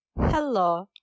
Hello